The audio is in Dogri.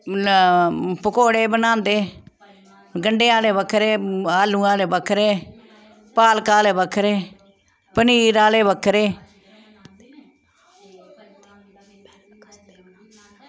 मतलब पकौड़े बनांदे गंढे आह्ले बक्खरे आलू आह्ले बक्खरे पालक आह्ले बक्खरे पनीर आह्ले बक्खरे